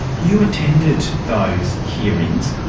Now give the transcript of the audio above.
you attended those hearings.